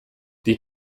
die